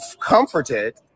comforted